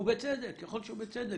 ובצדק יכול להיות שבצדק,